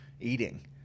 eating